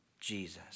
Jesus